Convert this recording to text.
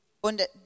und